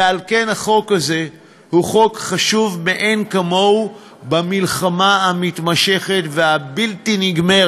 ועל כן החוק הזה הוא חוק חשוב מאין כמוהו במלחמה המתמשכת והבלתי-נגמרת